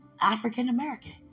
African-American